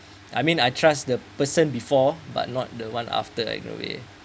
I mean I trust the person before but not the one after hand away